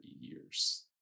years